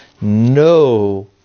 no